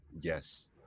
Yes